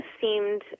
seemed